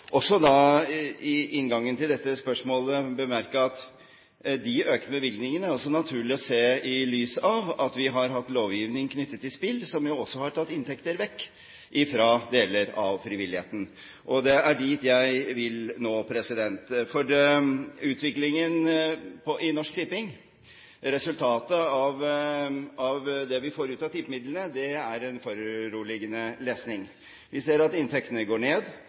inngangen til dette spørsmålet bemerke at det er naturlig å se de økte bevilgningene i lys av at vi har hatt lovgivning knyttet til spill, som også har tatt inntekter vekk fra deler av frivilligheten. Det er dit jeg vil nå, for utviklingen i Norsk Tipping – resultatet av det vi får ut av tippemidlene – er foruroligende lesning. Vi ser at inntektene går ned,